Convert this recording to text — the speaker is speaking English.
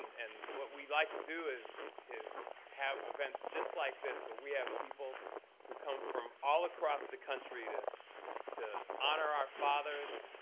and what we like to do is have have events just like this where we have people who come from all across the country to to honor our fathers,